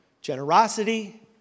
generosity